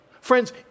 Friends